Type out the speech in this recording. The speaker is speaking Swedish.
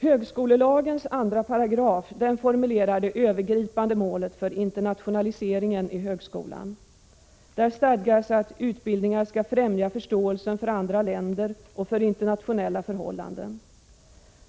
Högskolelagens 2 § formulerar det övergripande målet för internationalisering i högskolan. Där stadgas att utbildningar skall främja förståelse för andra länder och för internationella förhållanden.